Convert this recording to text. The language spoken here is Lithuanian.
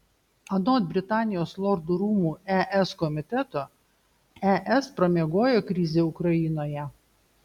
anot britanijos lordų rūmų es komiteto es pramiegojo krizę ukrainoje